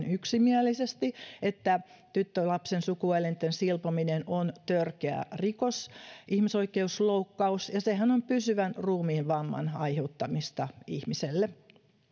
yksimielisesti että tyttölapsen sukuelinten silpominen on törkeä rikos ihmisoikeusloukkaus ja pysyvän ruumiinvamman aiheuttamista ihmiselle